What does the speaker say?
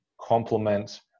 complement